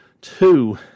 two